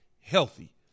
healthy